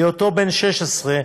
בהיותו בן 16,